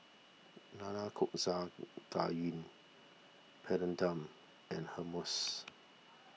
Nanakusa Gayu Papadum and Hummus